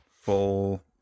Full